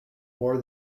more